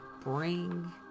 bring